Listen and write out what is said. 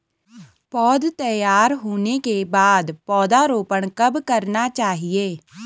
पौध तैयार होने के बाद पौधा रोपण कब करना चाहिए?